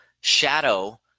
shadow